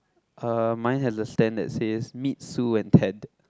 uh mine has a stand that says meet Sue and Ted